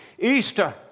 Easter